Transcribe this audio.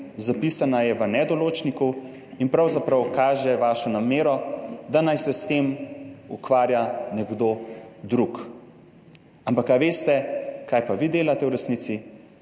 zapisana je v nedoločniku in pravzaprav kaže vašo namero, da naj se s tem ukvarja nekdo drug. Ampak a veste, kaj pa vi delate v resnici?